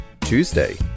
Tuesday